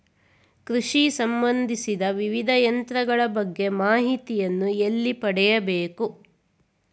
ಕೃಷಿ ಸಂಬಂದಿಸಿದ ವಿವಿಧ ಯಂತ್ರಗಳ ಬಗ್ಗೆ ಮಾಹಿತಿಯನ್ನು ಎಲ್ಲಿ ಪಡೆಯಬೇಕು?